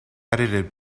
edited